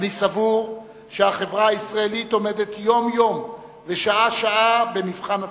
אני סבור שהחברה הישראלית עומדת יום-יום ושעה-שעה במבחן הסובלנות.